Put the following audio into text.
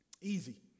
Easy